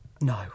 no